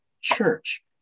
Church